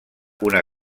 una